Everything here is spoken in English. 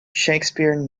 shakespeare